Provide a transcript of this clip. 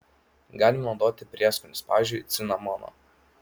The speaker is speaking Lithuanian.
galima naudoti prieskonius pavyzdžiui cinamoną